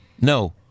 No